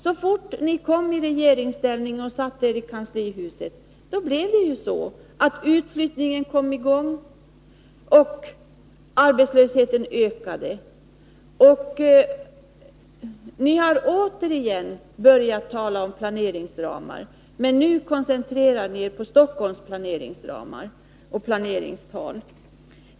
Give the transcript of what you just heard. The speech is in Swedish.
Så fort ni kom i regeringsställning och satte er i kanslihuset blev det ju så att utflyttningen kom i gång och arbetslösheten ökade. Ni har återigen börjat tala om planeringsramar, men nu koncentrerar ni er på Stockholms planeringsramar och planeringstal.